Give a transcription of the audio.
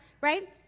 right